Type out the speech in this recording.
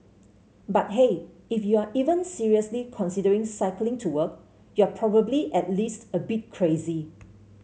but hey if you're even seriously considering cycling to work you're probably at least a bit crazy